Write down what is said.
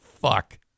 Fuck